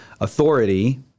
authority